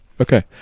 Okay